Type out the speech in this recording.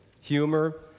humor